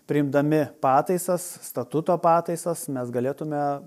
priimdami pataisas statuto pataisas mes galėtume